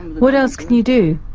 what else can you do?